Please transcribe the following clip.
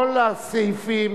כל הסעיפים